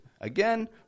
Again